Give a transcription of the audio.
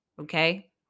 Okay